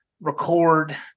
record